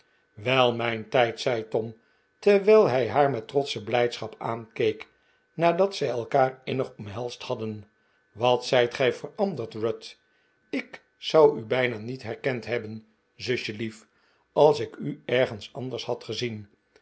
wel mijn tijd zei tom terwijl hij haar met trotsche blijdschap aankeek nadat zij elkaar innig omhelsd hadden wat zijt gij veranderd ruth ik zou u bijna niet herkend hebben zusjelief als ik u ergens anders had gezien